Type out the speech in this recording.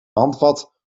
handvat